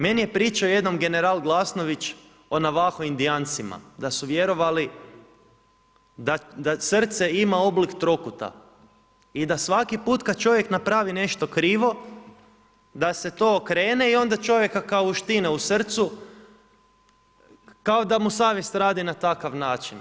Meni je pričao jednom general Glasnović o Nawaho indijancima da su vjerovali da srce ima oblik trokuta i da svaki put kad čovjek napravi nešto krivo, da se to okrene i onda čovjeka kao uštine u srcu, kao da mu savjest radi na takav način.